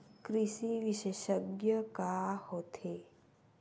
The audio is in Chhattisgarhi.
कृषि विशेषज्ञ का होथे?